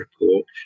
report